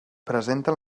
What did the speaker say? presenten